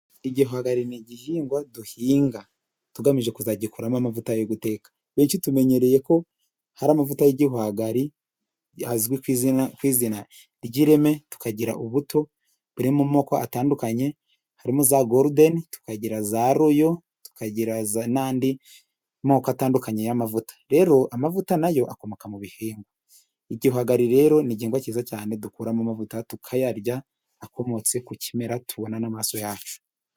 Igihwagari ni igihingwa duhinga. tugamije kuza kugikuramo amavuta yo guteka. benshi tumenyereye ko hari amavuta y'igihwagari azwi kw'izina. kw'zina'ireme tukagira ubuto buri mu moko atandukanye harimo gorudeni ,royo tukagira n'andi moko atandukanye y'amavuta. rero amavuta nayo akomoka mu bihingwa. Igihwagari rero ni igihingwa cyiza cyane dukuramo amavuta tukayarya. akomotse ku kimera tubona n'amaso ya yacu.